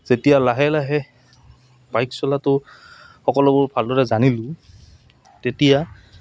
যেতিয়া লাহে লাহে বাইক চলাটো সকলোবোৰ ভালদৰে জানিলোঁ তেতিয়া